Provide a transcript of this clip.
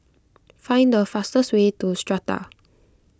find the fastest way to Strata